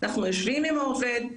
אנחנו יושבים עם העובד,